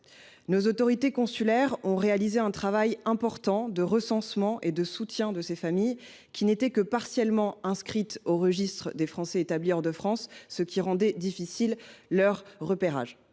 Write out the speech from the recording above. Nos autorités consulaires ont réalisé un important travail de recensement et de soutien de ces familles, qui n’étaient que partiellement inscrites au registre des Français établis hors de France, ce qui a rendu leur repérage